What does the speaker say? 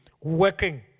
working